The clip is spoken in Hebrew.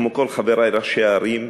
כמו כל חברי ראשי הערים,